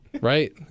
right